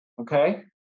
Okay